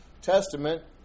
Testament